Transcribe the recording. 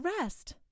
rest